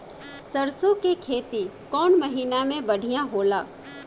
सरसों के खेती कौन महीना में बढ़िया होला?